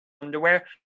underwear